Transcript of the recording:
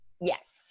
Yes